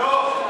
לא.